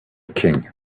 king